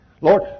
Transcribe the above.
Lord